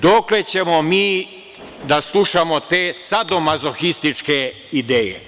Dokle ćemo mi da slušamo te sadomazohističke ideje?